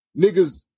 niggas